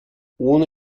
ohne